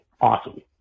Awesome